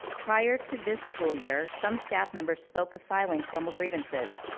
prior to this school year, some staff members spoke of filing formal grievances.